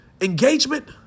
Engagement